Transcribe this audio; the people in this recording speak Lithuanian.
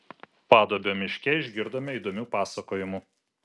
paduobio miške išgirdome įdomių pasakojimų